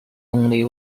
only